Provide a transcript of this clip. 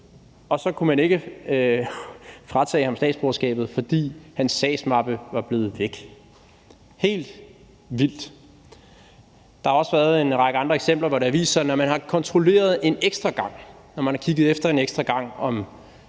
og så kunne man ikke fratage ham statsborgerskabet, fordi hans sagsmappe var blevet væk. Det er helt vildt! Der har også været en række andre eksempler, hvor man, når man kontrollerede en ekstra gang, når man kiggede efter en ekstra gang, om